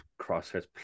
crosshairs